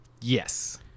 Yes